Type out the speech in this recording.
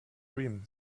dream